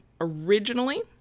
originally